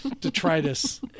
detritus